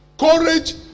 Courage